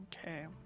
Okay